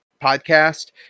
podcast